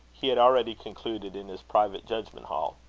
he had already concluded in his private judgment-hall.